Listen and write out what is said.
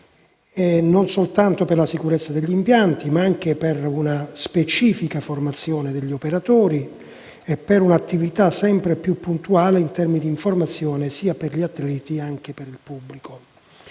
non soltanto per la sicurezza degli impianti, ma anche per una specifica formazione degli operatori e per un'attività sempre più puntuale in termini di informazione sia degli atleti sia anche del pubblico.